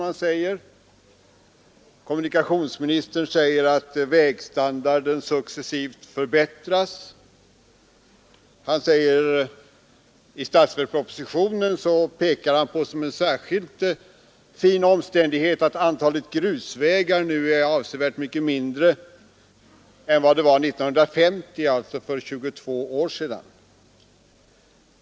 Han säger också att vägstandarden successivt förbättras. I statsverkspropositionen pekar han som en särskilt fin omständighet på att antalet grusvägar nu är avsevärt mycket mindre än år 1950, alltså för 22 år sedan.